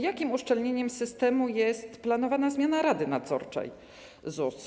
Jakim uszczelnieniem systemu jest planowana zmiana Rady Nadzorczej ZUS?